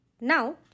Now